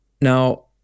now